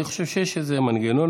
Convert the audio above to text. אני חושב שיש איזה מנגנון.